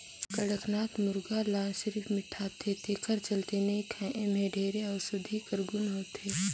कड़कनाथ मुरगा ल सिरिफ मिठाथे तेखर चलते नइ खाएं एम्हे ढेरे अउसधी कर गुन होथे